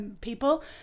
people